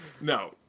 No